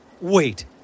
Wait